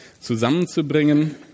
zusammenzubringen